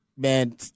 Man